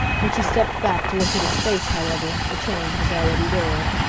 when she stepped back to look at his face, however, the change was already there.